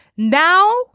Now